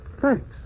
Thanks